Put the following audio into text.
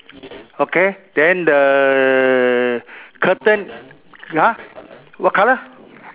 okay then the curtain !huh! what colour